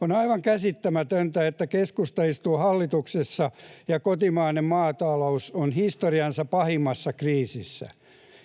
On aivan käsittämätöntä, että keskusta istuu hallituksessa ja kotimainen maatalous on historiansa pahimmassa kriisissä.